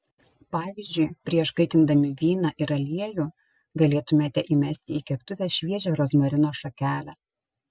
pavyzdžiui prieš kaitindami vyną ir aliejų galėtumėte įmesti į keptuvę šviežią rozmarino šakelę